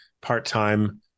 part-time